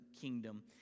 kingdom